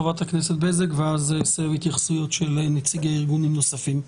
חברת הכנסת בזק ואז התייחסויות של נציגי ארגונים נוספים.